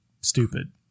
stupid